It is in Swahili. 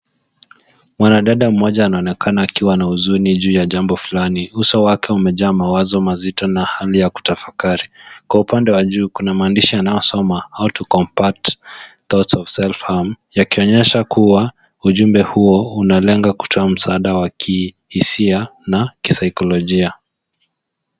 Mwanadada mmoja anaonekana akiwa na huzuni juu ya jambo fulani. Uso wake umejaa mawazo mazito na hamu ya kutafakari. Kwa upande wa juu kuna maandishi yanayosoma HOW TO COMBAT THOUGHTS OF SELF HARM yakionyesha kuwa ujumbe huu unalenga kutoa msaada wa kihisia na kisaikolojia.